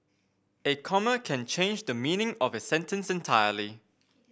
a comma can change the meaning of a sentence entirely